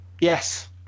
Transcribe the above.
Yes